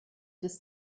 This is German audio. des